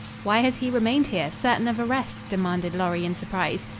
why has he remained here, certain of arrest? demanded lorry in surprise.